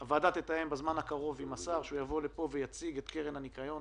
הוועדה תתאם בזמן הקרוב עם השר שהוא יבוא לפה ויציג את קרן הניקיון,